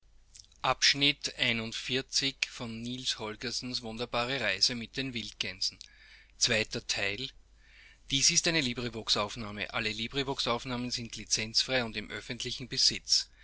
dies ist ja eine